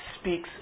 speaks